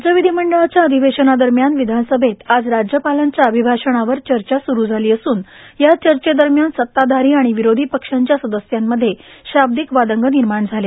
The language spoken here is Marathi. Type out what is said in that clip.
राज्य विधीमंडळाच्या अधिवेशाना दरम्यान विधानसभेत आज राज्यपालांच्या अभिभाषणावर चर्चा सरू झाली असन या चर्चे दरम्यानं सत्ताधारी आणि विरोधीपक्षांच्या सदस्यांमध्ये शाब्दीक वादांग निर्माण झाले